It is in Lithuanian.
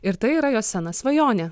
ir tai yra jos sena svajonė